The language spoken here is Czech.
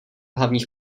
hlavních